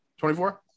24